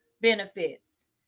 benefits